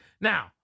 Now